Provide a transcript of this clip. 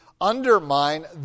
undermine